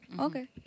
Okay